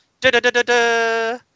da-da-da-da-da